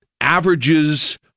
averages